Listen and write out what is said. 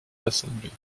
l’assemblée